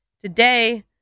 Today